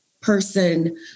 person